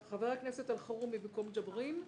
חבר הכנסת אלחרומי במקום ג'בארין.